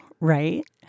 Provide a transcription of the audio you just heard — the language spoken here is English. right